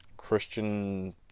Christian